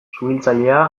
suhiltzailea